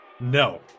No